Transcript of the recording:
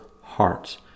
hearts